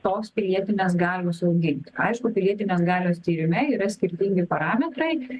tos pilietinės galios auginti aišku pilietinės galios tyrime yra skirtingi parametrai